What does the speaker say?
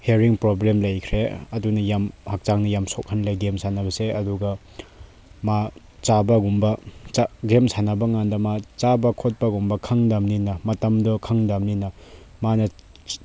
hearing problem ꯂꯩꯈ꯭ꯔꯦ ꯑꯗꯨꯅ ꯌꯥꯝ ꯍꯛꯆꯥꯡꯗ ꯌꯥꯝ ꯁꯣꯛꯍꯜꯂꯦ ꯒꯦꯝ ꯁꯥꯟꯅꯕꯁꯦ ꯑꯗꯨꯒ ꯃꯥ ꯆꯥꯕꯒꯨꯝꯕ ꯒꯦꯝ ꯁꯥꯟꯅꯕꯀꯥꯟꯗ ꯃꯥ ꯆꯥꯕ ꯈꯣꯠꯄꯒꯨꯝꯕ ꯈꯪꯗꯝꯅꯤꯅ ꯃꯇꯝꯗꯣ ꯈꯪꯗꯝꯅꯤꯅ ꯃꯥꯅ